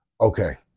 Okay